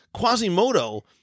quasimodo